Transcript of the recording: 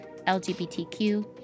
LGBTQ